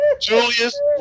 Julius